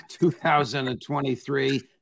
2023